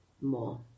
more